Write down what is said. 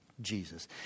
Jesus